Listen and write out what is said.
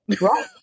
Right